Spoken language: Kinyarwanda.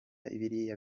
biriya